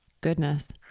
Goodness